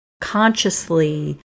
consciously